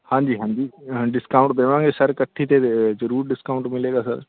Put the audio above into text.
ਹਾਂਜੀ ਹਾਂਜੀ ਹਾਂ ਡਿਸਕਾਊਂਟ ਦੇਵਾਂਗੇ ਸਰ ਇਕੱਠੀ 'ਤੇ ਜ਼ਰੂਰ ਡਿਸਕਾਊਂਟ ਮਿਲੇਗਾ ਸਰ